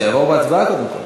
שיעבור בהצבעה קודם כול.